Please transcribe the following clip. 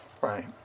Right